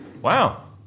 Wow